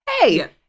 hey